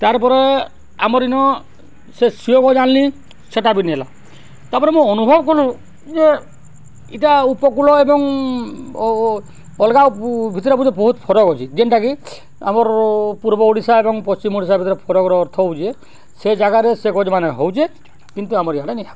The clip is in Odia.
ତାର୍ ପରେ ଆମର ଇନ ସେ ସିଅ ଗଜ ଆଣଲି ସେଇଟା ବି ନେଲା ତା'ପରେ ମୁଁ ଅନୁଭବ କଲୁ ଯେ ଇଟା ଉପକୂଳ ଏବଂ ଅଲଗା ଭିତରେ ବୋଧେ ବହୁତ ଫରକ ଅଛି ଯେନ୍ଟାକି ଆମର ପୂର୍ବ ଓଡ଼ିଶା ଏବଂ ପଶ୍ଚିମ ଓଡ଼ିଶା ଭିତରେ ଫରକର ଅର୍ଥ ହଉଛେ ସେ ଜାଗାରେ ସେ ଗଛ୍ ମାନେ ହଉଛେ କିନ୍ତୁ ଆମର ଇଆଡ଼େ ନି ହବାର୍